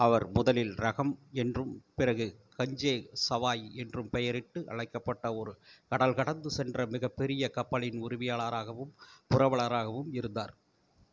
அவர் முதலில் ரஹம் என்றும் பிறகு கஞ்சே சவாய் என்றும் பெயரிட்டு அழைக்கப்பட்ட ஒரு கடல் கடந்து சென்ற மிகப்பெரும் கப்பலின் உரிமையாளராகவும் புரவலராகவும் இருந்தார்